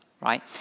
right